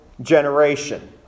generation